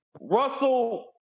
Russell